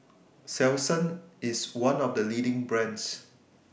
Selsun IS one of The leading brands